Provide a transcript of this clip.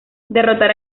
derrotar